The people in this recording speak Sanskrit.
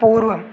पूर्वम्